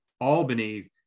Albany